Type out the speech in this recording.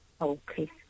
Okay